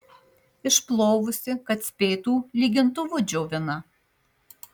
išplovusi kad spėtų lygintuvu džiovina